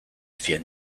fear